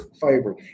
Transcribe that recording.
fiber